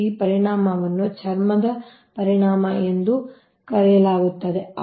ಮತ್ತು ಈ ಪರಿಣಾಮವನ್ನು ಸ್ಕಿನ್ ಎಫೆಕ್ಟ್ ಎಂದು ಕರೆಯಲಾಗುತ್ತದೆ